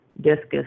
Discus